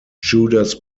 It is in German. judas